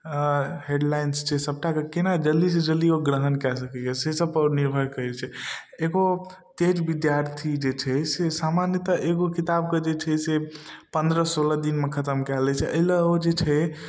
headlines छै सबटाके केना जल्दी सँ जल्दी ओ ग्रहण कए सकैए से सबपर निर्भर रहै छै एगो तेज विद्यार्थी जे छै से सामान्यतः एगो किताबके जे छै से पन्द्रह सोलह दिनमे खतम कए लै छै अइ लए ओ जे छै